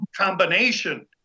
combination